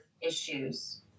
issues